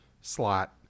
slot